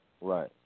Right